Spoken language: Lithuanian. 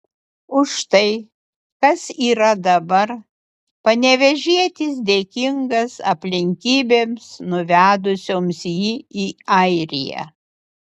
už tai kas yra dabar panevėžietis dėkingas aplinkybėms nuvedusioms jį į airiją